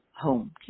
home